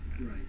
Right